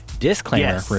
disclaimer